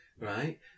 right